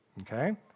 okay